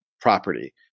property